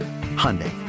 Hyundai